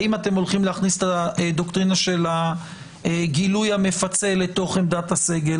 האם אתם הולכים להכניס את הדוקטרינה של הגילוי המפצה לתוך עמדת הסגל.